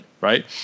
Right